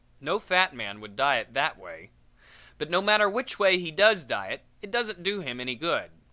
no fat man would diet that way but no matter which way he does diet it doesn't do him any good.